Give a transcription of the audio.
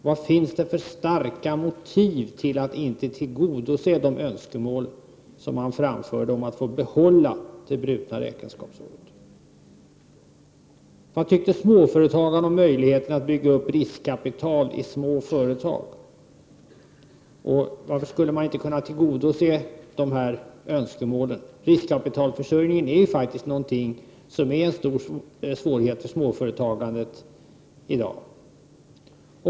Vad finns det för starka motiv för att inte tillgodose de önskemål som framfördes om att få behålla det brutna räkenskapsåret? Vad tyckte småföretagarna om möjligheten att bygga upp riskkapital i små företag? Varför skulle man inte kunna tillgodose de önskemålen? Riskkapitalförsörjningen är ju en stor svårighet för småföretagen i dag.